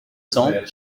cents